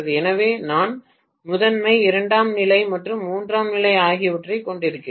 எனவே நான் முதன்மை இரண்டாம் நிலை மற்றும் மூன்றாம் நிலை ஆகியவற்றைக் கொண்டிருக்கிறேன்